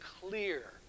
clear